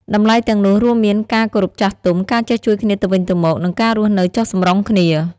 តម្លៃទាំងនោះរួមមាន ការគោរពចាស់ទុំ ការចេះជួយគ្នាទៅវិញទៅមក និងការរស់នៅចុះសម្រុងគ្នា។